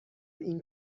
این